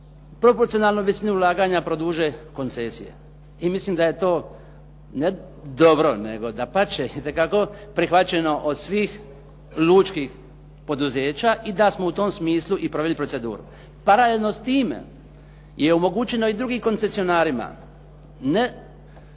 proporcionalno visini ulaganja produže koncesiju. I mislim da je to ne dobro, nego dapače itekako prihvaćeno od svih lučkih poduzeća i da smo u tom smislu i proveli proceduru. Paralelno s time je omogućeno i drugim koncesionarima ne